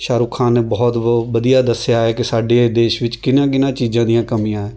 ਸ਼ਾਹਰੁਖ ਖਾਨ ਨੇ ਬਹੁਤ ਵ ਵਧੀਆ ਦੱਸਿਆ ਹੈ ਕਿ ਸਾਡੇ ਇਹ ਦੇਸ਼ ਵਿੱਚ ਕਿਹਨਾਂ ਕਿਹਨਾਂ ਚੀਜ਼ਾਂ ਦੀਆਂ ਕਮੀਆਂ